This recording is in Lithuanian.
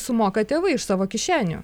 sumoka tėvai iš savo kišenių